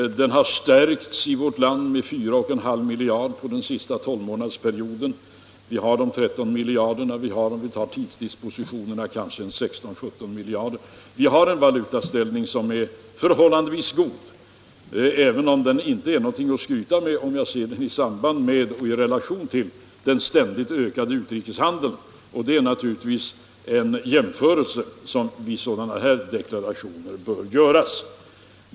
Den har i vårt land förstärkts med ca 4,5 miljarder under den senaste tolvmånadersperioden. Vi har 13 miljarder eller, om vi tar med tidsdispositionerna, kanske 16-17 miljarder. Vi har en valutaställning som är förhållandevis god, även om den inte är någonting att skryta med om jag ser den i samband med och i relation till den ständigt ökande utrikeshandeln. Och det är naturligtvis en jämförelse som vid sådana här deklarationer bör göras.